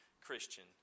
Christian